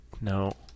No